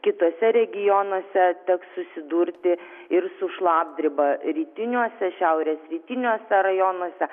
kituose regionuose teks susidurti ir su šlapdriba rytiniuose šiaurės rytiniuose rajonuose